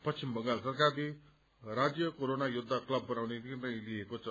पश्चिम बंगाल सरकारले राज्यमा कोरोना योछा क्लब बनाउने निर्णय लिएको छ